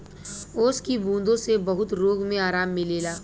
ओस की बूँदो से बहुत रोग मे आराम मिलेला